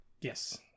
Yes